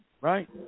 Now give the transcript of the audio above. Right